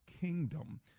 kingdom